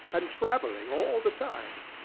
and travelling all the time!